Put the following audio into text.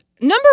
Number